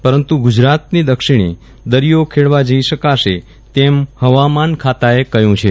પરંતુ ગુજરાતની દક્ષિણ દરિયો ખેડવા જઇ શકાશે તેમ હવામાન ખાતાએ કહ્યું છે